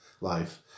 life